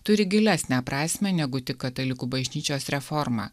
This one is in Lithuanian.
turi gilesnę prasmę negu tik katalikų bažnyčios reforma